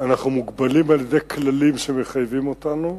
אנחנו מוגבלים על-ידי כללים שמחייבים אותנו,